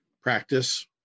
practice